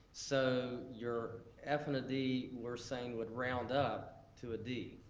so your f and a d we're saying would round up to a d.